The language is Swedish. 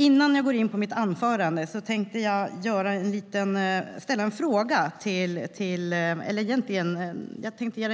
Innan jag går in på mitt anförande tänkte jag ge Carina Adolfsson Elgestam